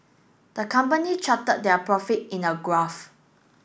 the company charted their profit in a graph